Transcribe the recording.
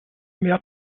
mehr